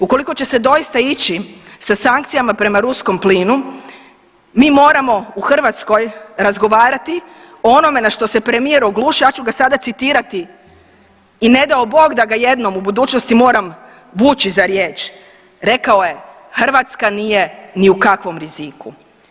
Ukoliko će se doista ići sa sankcijama prema ruskom plinu mi moramo u Hrvatskoj razgovarati o onome na što se premijer oglušio, ja ću ga sada citirati i ne dao Bog da ga jednom u budućnosti moram vući za riječ, rekao je Hrvatska nije ni u kakvom riziku.